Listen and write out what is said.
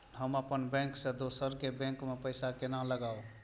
हम अपन बैंक से दोसर के बैंक में पैसा केना लगाव?